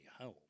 home